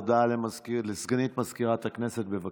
הודעה לסגנית מזכירת הכנסת, בבקשה.